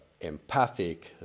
empathic